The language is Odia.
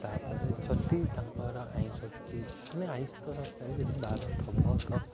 ତା'ପରେ ଯଦି ତାଙ୍କର ଆଇଁଷ ଯଦି ମାନେ ଆଇଁଷ ତ ନଥାଏ ଯଦି ବାର ଥିବ